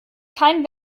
kein